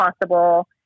possible